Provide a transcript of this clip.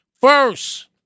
first